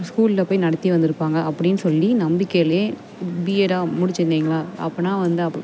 ஸ்கூலில் போய் நடத்தி வந்திருப்பாங்க அப்படின்னு சொல்லி நம்பிக்கையிலேயே பிஎட்டாக முடிச்சுருந்தீங்களா அப்போன்னா வந்து அப்